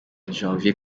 janvier